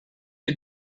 you